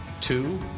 Two